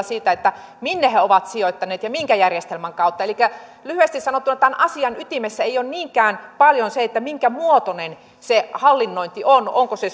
siitä minne he ovat sijoittaneet ja minkä järjestelmän kautta elikkä lyhyesti sanottuna tämän asian ytimessä ei ole niinkään paljon se minkä muotoinen se hallinnointi on onko se